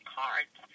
cards